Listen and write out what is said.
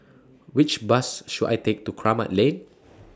Which Bus should I Take to Kramat Lane